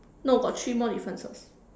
no got three more differences